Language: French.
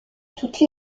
toutes